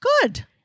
Good